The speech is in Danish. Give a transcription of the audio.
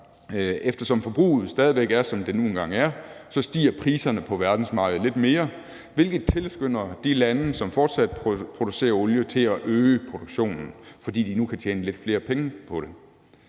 er, som det nu engang er, stiger priserne på verdensmarkedet, hvilket tilskynder de lande, som fortsat producerer olie, til at øge produktionen, fordi de nu kan tjene lidt flere penge på det.